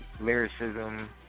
lyricism